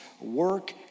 work